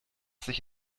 sich